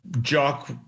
jock –